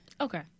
Okay